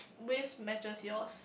waves matches yours